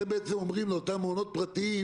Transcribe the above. אתם בעצם אומרים לאותם מעונות פרטיים